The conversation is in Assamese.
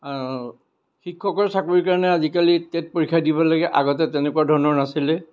শিক্ষকৰ চাকৰিৰ কাৰণে আজিকালি টেট পৰীক্ষা দিব লাগে আগতে তেনেকুৱা ধৰণৰ নাছিলে